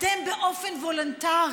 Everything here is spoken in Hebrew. אתם, באופן וולונטרי,